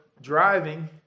driving